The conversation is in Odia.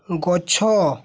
ଗଛ